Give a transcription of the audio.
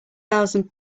thousand